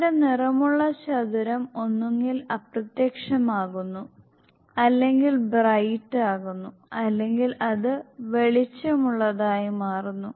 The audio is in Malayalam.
ഇവിടെ നിറമുള്ള ചതുരം ഒന്നുകിൽ അപ്രത്യക്ഷമാകുന്നു അല്ലെങ്കിൽ ബ്രൈറ്റ് ആകുന്നു അല്ലെങ്കിൽ അത് വെളിച്ചമുള്ളതായി മാറുന്നു